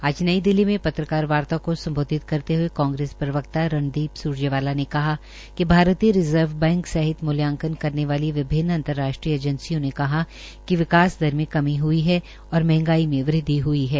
आज नई दिल्ली में पत्रकारवार्ता को सम्बोधित करते हये कांग्रेस प्रवक्ता रणदीप स्रजेवाला ने कहा कि भारतीय रिज़र्व बैंक सहित मुल्यांकन करने वाली विभन्न अतंराष्ट्रीय एजेंसियों ने कहा कि विकास दर में कमी हुई है और मंहगाई में वृद्वि हुई है